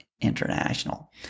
International